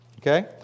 Okay